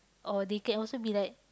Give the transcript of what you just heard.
or they can also be like